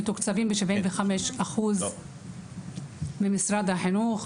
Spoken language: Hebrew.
מתוקצבים ב-75% ממשרד החינוך.